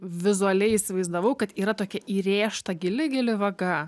vizualiai įsivaizdavau kad yra tokia įrėžta gili gili vaga